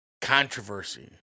controversy